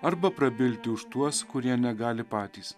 arba prabilti už tuos kurie negali patys